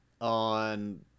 on